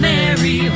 Mary